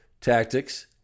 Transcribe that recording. tactics